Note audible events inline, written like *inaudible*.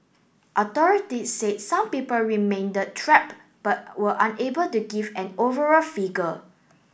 authorities said some people remain *unintelligible* trapped but were unable to give an overall figure